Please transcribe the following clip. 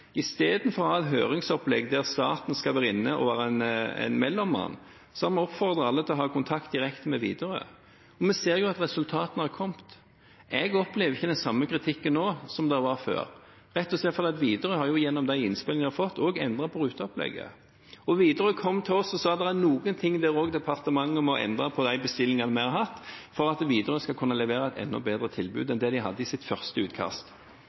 istedenfor å ha et høringsopplegg der staten skal være en mellommann, har vi oppfordret alle til å ha direkte kontakt med Widerøe. Vi ser jo at resultatene har kommet. Jeg opplever ikke den samme kritikken nå som før – rett og slett fordi Widerøe gjennom de innspillene de har fått, også har endret på ruteopplegget. Widerøe kom til oss og sa at også departementet må endre på noe i de bestillingene vi har hatt, for at Widerøe skal kunne levere et enda bedre tilbud enn det de hadde i sitt første utkast.